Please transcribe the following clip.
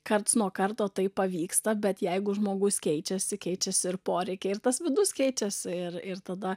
karts nuo karto tai pavyksta bet jeigu žmogus keičiasi keičiasi ir poreikiai ir tas vidus keičiasi ir ir tada